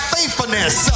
faithfulness